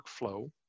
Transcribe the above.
workflow